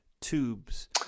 tubes